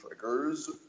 triggers